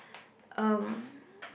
um